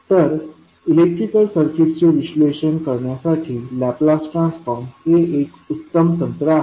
तर इलेक्ट्रिक सर्किटचे विश्लेषण करण्यासाठी लाप्लास ट्रान्सफॉर्म हे एक उत्तम तंत्र आहे